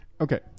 Okay